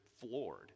floored